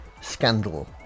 Scandal